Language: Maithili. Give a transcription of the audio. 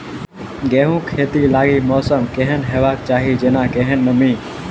गेंहूँ खेती लागि मौसम केहन हेबाक चाहि जेना केहन नमी?